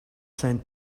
sand